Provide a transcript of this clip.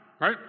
right